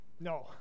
No